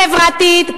חברתית,